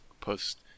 post